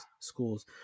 schools